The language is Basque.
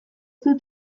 dut